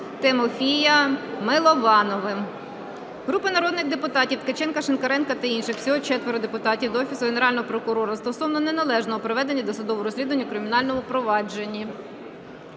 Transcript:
Тимофієм Миловановим. Групи народних депутатів (Ткаченка, Шинкаренка та інших. Всього 4 депутати) до Офісу Генерального прокурора стосовно неналежного проведення досудового розслідування у кримінальному провадженні.